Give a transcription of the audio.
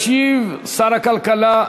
ישיב שר הכלכלה,